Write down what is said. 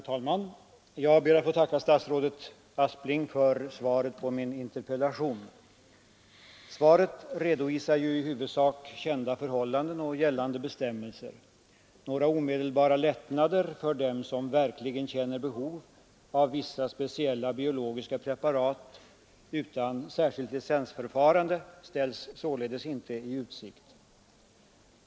Herr talman! Jag ber att få tacka statsrådet Aspling för svaret på min interpellation. Svaret redovisar ju i huvudsak kända förhållanden och gällande bestämmelser. Några omedelbara lättnader för dem som verkligen känner behov av vissa speciella biologiska preparat utan särskilt licensförfarande ställs således inte i utsikt.